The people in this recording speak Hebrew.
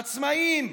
עצמאים,